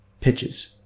pitches